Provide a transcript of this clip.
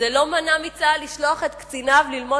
זה לא מנע מצה"ל לשלוח את קציניו ללמוד